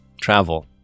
travel